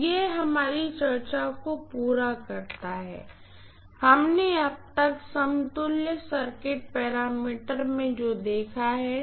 तो यह हमारी चर्चा को पूरा करता है कि हमने अब तक समतुल्य सर्किट पैरामीटर में जो देखा है